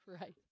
Right